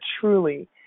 truly